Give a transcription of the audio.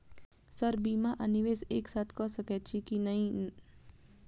Sir बीमा आ निवेश एक साथ करऽ सकै छी की न ई?